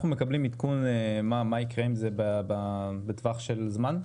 אנחנו מקבלים עדכון מה יקרה עם זה בטווח של זמן,